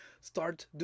start